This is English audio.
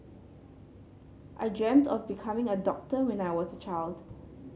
I dreamt of becoming a doctor when I was a child